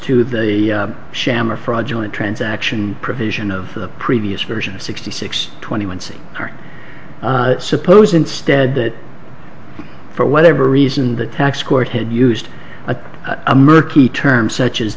to the sham or fraudulent transaction provision of the previous version sixty six twenty one see her suppose instead that for whatever reason the tax court had used a a murky term such as